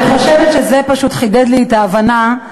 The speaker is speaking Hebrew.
אני רואה פה את ההנאה בספסלי